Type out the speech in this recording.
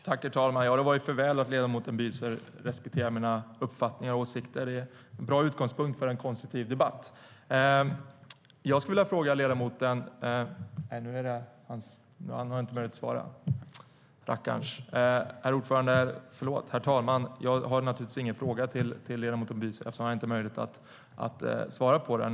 Herr talman! Det var då för väl att ledamoten Büser respekterar mina uppfattningar och åsikter. Det är en bra utgångspunkt för en konstruktiv debatt. Jag har naturligtvis ingen fråga till ledamoten Büser eftersom han inte har möjlighet att svara, herr talman.